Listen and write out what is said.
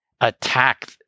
attack